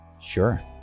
Sure